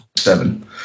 Seven